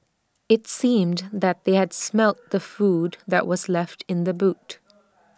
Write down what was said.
IT seemed that they had smelt the food that was left in the boot